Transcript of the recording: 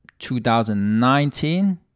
2019